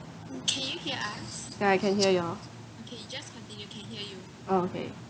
ya I can hear y'all orh okay